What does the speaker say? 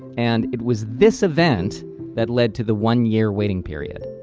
and it was this event that led to the one year waiting period.